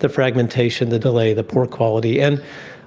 the fragmentation, the delay, the poor quality. and